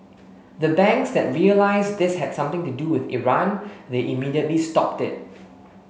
the banks that realised this had something to do with Iran they immediately stopped it